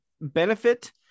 benefit